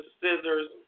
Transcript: scissors